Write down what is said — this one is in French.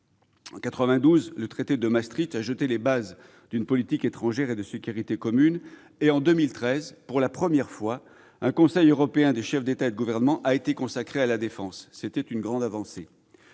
En 1992, le traité de Maastricht a jeté les bases d'une politique étrangère et de sécurité commune et, en 2013, pour la première fois, un Conseil européen des chefs d'État et de gouvernement a été consacré à la défense. C'était une grande avancée.